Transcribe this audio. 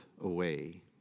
away